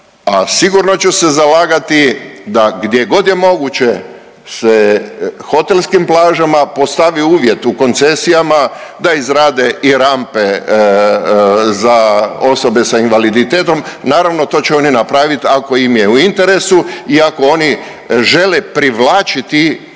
sigurno ću se zalagati da gdjegod je moguće se hotelskim plažama postavi uvjet u koncesijama da izrade i rampe za osobe s invaliditetom, naravno to će oni napravit ako im je u interesu i ako oni žele privlačiti